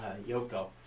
Yoko